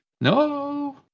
No